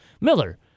Miller